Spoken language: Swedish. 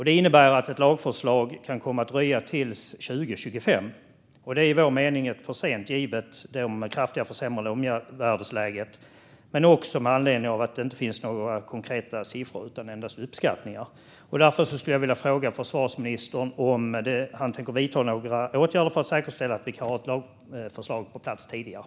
Det innebär att ett lagförslag kan komma att dröja till 2025. Det är i vår mening för sent givet det kraftigt försämrade omvärldsläget men också med anledning av att det inte finns några konkreta siffror utan endast uppskattningar. Därför skulle jag vilja fråga försvarsministern om han tänker vidta några åtgärder för att säkerställa att vi kan ha ett lagförslag på plats tidigare.